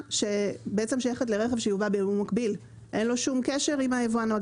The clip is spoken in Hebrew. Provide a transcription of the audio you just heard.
שלמעשה שייכת לרכב שיובאה בייבוא מקביל.